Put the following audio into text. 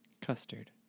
custard